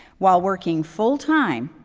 while working full time,